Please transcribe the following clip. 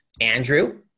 Andrew